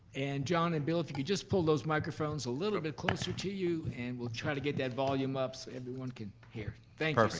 and john and bill, if you could just pull those microphones a little bit closer to you and we'll try to get that volume up so everyone can hear. thank you um so